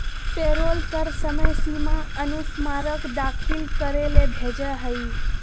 payroll कर समय सीमा अनुस्मारक दाखिल करे ले भेजय हइ